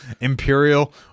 imperial